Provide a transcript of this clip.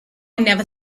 never